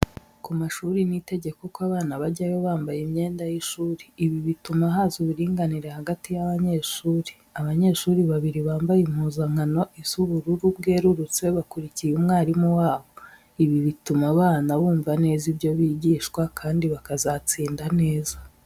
Ku mashuri ni itegeko ko abana bajyayo bambaye imyenda y'ishuri, ibi bituma haza uburinganire hagati y'abanyeshuri, abanyeshuri babiri bampaye impuzankano isa ubururu bwerurutse, bakurikiye umwarimu wabo, ibi bituma abana bumva neza ibyo bigishwa kandi bakazatsinda neza.